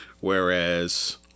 whereas